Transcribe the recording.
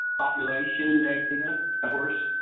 population data, of course.